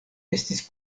estis